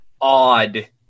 odd